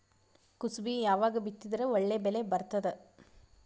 ಕುಸಬಿ ಯಾವಾಗ ಬಿತ್ತಿದರ ಒಳ್ಳೆ ಬೆಲೆ ಬರತದ?